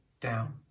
down